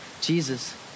Jesus